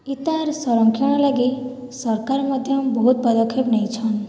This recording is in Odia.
ଇଟାର୍ ସଂରକ୍ଷଣ ଲାଗି ସରକାର ମଧ୍ୟ ବହୁତ ପଦକ୍ଷେପ ନେଇଛନ୍